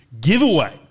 giveaway